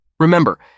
Remember